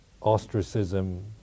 ostracism